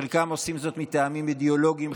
חלקם עושים זאת מטעמים אידיאולוגיים,